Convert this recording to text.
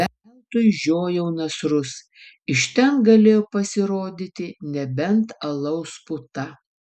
veltui žiojau nasrus iš ten galėjo pasirodyti nebent alaus puta